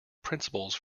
principles